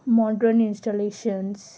modern installation